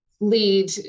lead